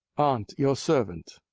aunt, your servant.